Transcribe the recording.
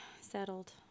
settled